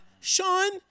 Sean